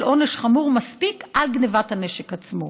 עונש חמור מספיק על גנבת הנשק עצמו,